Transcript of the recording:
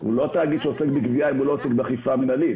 הוא לא תאגיד שעוסק בגבייה אם הוא לא עוסק באכיפה מנהלית.